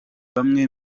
bamwe